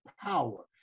power